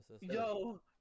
Yo